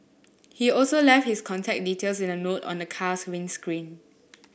he also left his contact details in a note on the car's windscreen